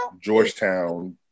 Georgetown